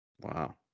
Wow